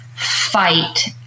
Fight